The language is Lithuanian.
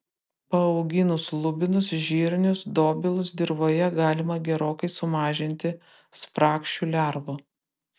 paauginus lubinus žirnius dobilus dirvoje galima gerokai sumažinti spragšių lervų